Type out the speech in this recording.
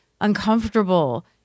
uncomfortable